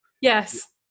yes